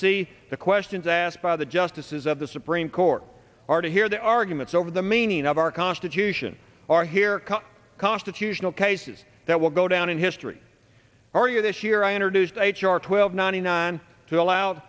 see the questions asked by the justices of the supreme court are to hear the arguments over the meaning of our constitution are here constitutional cases that will go down in history are you this year i introduced h r twelve ninety nine to allow